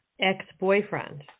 ex-boyfriend